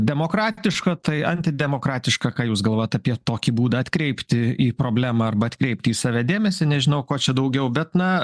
demokratiška tai antidemokratiška ką jūs galvojat apie tokį būdą atkreipti į problemą arba atkreipti į save dėmesį nežinau ko čia daugiau bet na